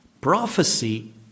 Prophecy